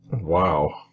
Wow